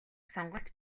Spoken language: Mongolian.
сонголт